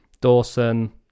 Dawson